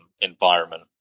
environment